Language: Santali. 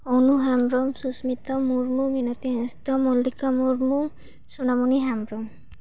ᱚᱱᱩ ᱦᱮᱢᱵᱨᱚᱢ ᱥᱩᱥᱢᱤᱛᱟ ᱢᱩᱨᱢᱩ ᱢᱤᱱᱟᱠᱠᱷᱤ ᱦᱟᱸᱥᱟᱫᱟᱜ ᱢᱚᱞᱞᱤᱠᱟ ᱢᱩᱨᱢᱩ ᱥᱚᱱᱟᱢᱳᱱᱤ ᱦᱮᱢᱵᱨᱚᱢ